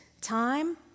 time